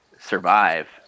survive